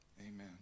Amen